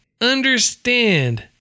understand